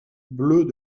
bleues